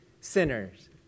sinners